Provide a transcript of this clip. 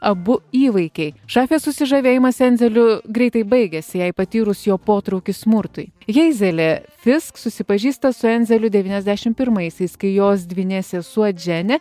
abu įvaikiai šafės susižavėjimas enzeliu greitai baigėsi jai patyrus jo potrauį smurtui heizelė fisk susipažįsta su enzeliu devyniasdešim pirmaisiais kai jos dvynė sesuo dženė